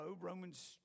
Romans